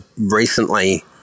recently